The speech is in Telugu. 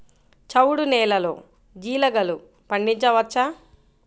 చవుడు నేలలో జీలగలు పండించవచ్చా?